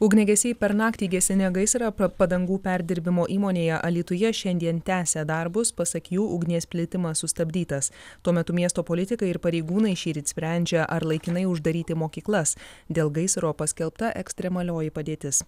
ugniagesiai per naktį gesinę gaisrą padangų perdirbimo įmonėje alytuje šiandien tęsia darbus pasak jų ugnies plitimas sustabdytas tuo metu miesto politikai ir pareigūnai šįryt sprendžia ar laikinai uždaryti mokyklas dėl gaisro paskelbta ekstremalioji padėtis